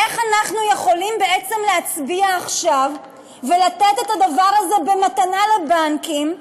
איך אנחנו יכולים בעצם להצביע עכשיו ולתת את הדבר במתנה לבנקים?